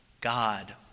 God